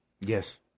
Yes